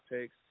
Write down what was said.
takes